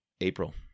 April